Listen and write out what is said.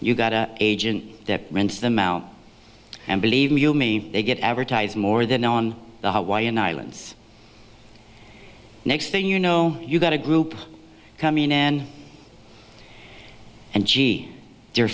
you've got an agent that rents them out and believe me they get advertise more than on the hawaiian islands next thing you know you've got a group coming in and gee